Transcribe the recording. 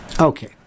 Okay